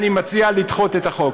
אני מציע לדחות את החוק.